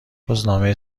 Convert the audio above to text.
روزنامه